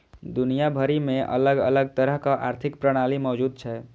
दुनिया भरि मे अलग अलग तरहक आर्थिक प्रणाली मौजूद छै